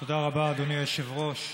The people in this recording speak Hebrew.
תודה רבה, אדוני היושב-ראש.